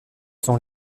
sont